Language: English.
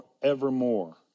forevermore